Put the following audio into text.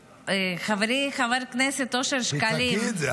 חברי חבר הכנסת אושר שקלים -- תצעקי את זה,